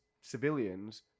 civilians